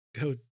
Go